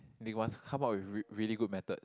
they wants come out with with really good mathod